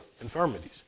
infirmities